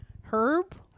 Herb